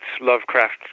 Lovecraft